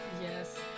Yes